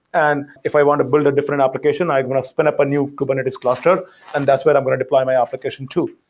and if i want to build a different application, i want to spin up a new kubernetes cluster and that's where i'm going to deploy my application tool.